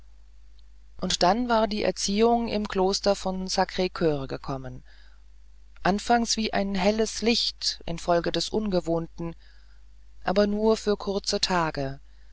greisenbart dann war die erziehung im kloster von sacr cur gekommen anfangs wie ein helles licht infolge des ungewohnten aber nur für kurze tage